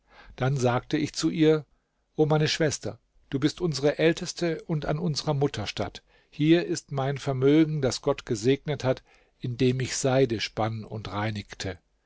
dann sagte ich zu ihr o meine schwester du bist unsere älteste und an unsrer mutter statt hier ist mein vermögen das gott gesegnet hat indem ich seide spann und reinigte